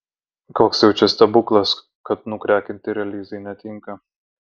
koks jau čia stebuklas kad nukrekinti relyzai netinka